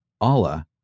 Allah